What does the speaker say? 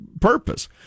purpose